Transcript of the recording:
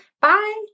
Bye